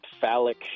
phallic